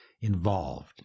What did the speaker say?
involved